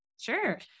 Sure